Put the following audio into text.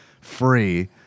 free